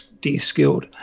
de-skilled